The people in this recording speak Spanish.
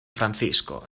francisco